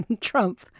Trump